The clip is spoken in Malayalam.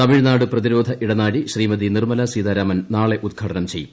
തമിഴ്നാട് പ്രതിരോധ ഇടനാഴി ശ്രീമതി നിർമ്മലാ സീതാരാമൻ നാളെ ഉദ്ഘാടനം ചെയ്യും